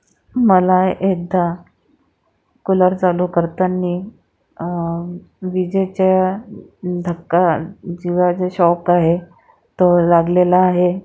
मला एकदा कुलर चालू करताना विजेचा धक्का किंवा जे शॉक आहे तो लागलेला आहे